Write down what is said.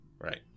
Right